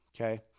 okay